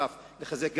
לחזק,